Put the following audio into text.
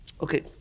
Okay